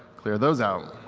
clear those out.